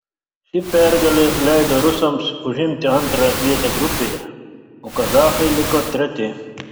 ši pergalė leido rusams užimti antrą vietą grupėje o kazachai liko treti